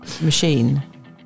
machine